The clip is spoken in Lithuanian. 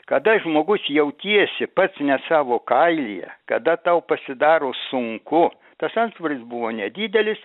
kada žmogus jautiesi pats ne savo kailyje kada tau pasidaro sunku tas antsvoris buvo nedidelis